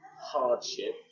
hardship